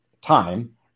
time